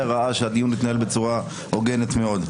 פה ראה שהדיון התנהל בצורה הוגנת מאוד.